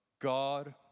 God